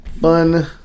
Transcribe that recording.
fun